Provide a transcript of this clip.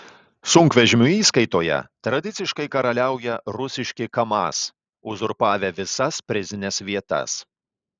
sunkvežimių įskaitoje tradiciškai karaliauja rusiški kamaz uzurpavę visas prizines vietas